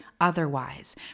otherwise